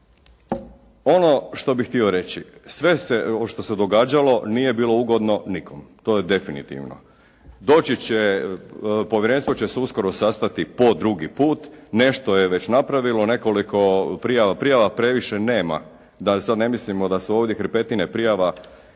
Ono što bih htio reći, sve se, ovo što se događalo nije bilo ugodno nikom. To je definitivno. Doći će, povjerenstvo će se uskoro sastati po drugi put. Nešto je već napravilo. Nekoliko prijava, prijava previše nema. Da sad ne mislimo da su ovdje hrpetine prijava. Ima